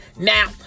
Now